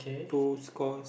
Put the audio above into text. to score